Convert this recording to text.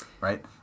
right